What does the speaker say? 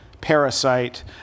parasite